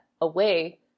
away